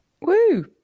Woo